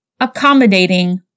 accommodating